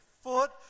foot